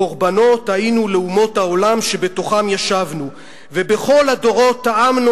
קורבנות היינו לאומות העולם שבתוכן ישבנו ובכל הדורות טעמנו